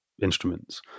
instruments